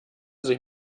sich